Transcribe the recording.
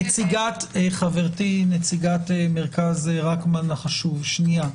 --- חברתי, נציגת מרכז רקמן החשוב, שנייה.